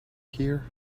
here